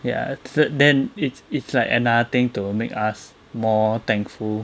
ya then it's it's like another thing to make us more thankful